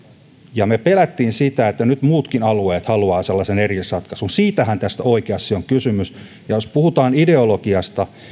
ja me pelkäsimme sitä että nyt muutkin alueet haluavat sellaisen erillisratkaisun siitähän tässä oikeasti on kysymys ja jos puhutaan ideologiasta